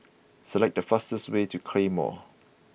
select the fastest way to Claymore